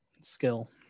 Skill